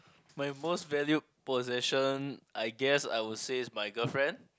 my most valued possession I guess I would say is my girlfriend